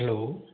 hello